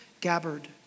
Gabbard